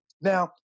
Now